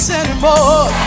anymore